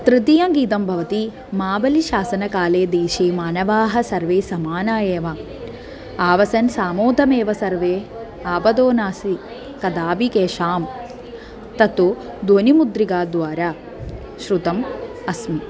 तृतीयं गीतं भवति महाबलिशासनकाले देशे मानवाः सर्वे समानाः एव आसन् सामोदमेव सर्वे आपदोनासि कदापि केषां तत्तु ध्वनिमुद्रिकाद्वारा श्रुतम् अस्मि